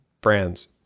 brands